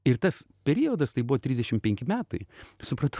ir tas periodas tai buvo trisdešimt penki metai supratau